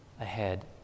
ahead